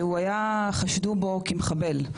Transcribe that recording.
שחשדו בו כמחבל.